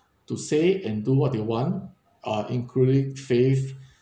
to say and do what they want uh including faith